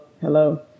hello